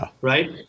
Right